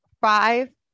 five